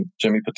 Jimmy